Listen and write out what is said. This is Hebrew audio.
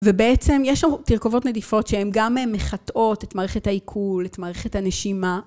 ובעצם יש שם תרכובות נדיפות שהן גם מחטאות את מערכת העיכול, את מערכת הנשימה.